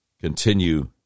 continue